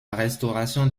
restauration